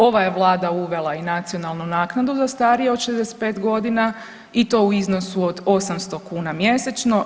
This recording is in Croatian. Ova je Vlada uvela i nacionalnu naknadu za starije od 65 godina i to u iznosu od 800 kuna mjesečno.